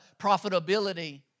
profitability